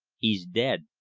he's dead,